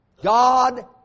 God